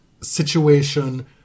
situation